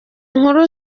nkuru